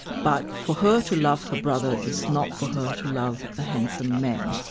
but for her to love her brother is not for her to love a handsome man.